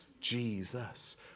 Jesus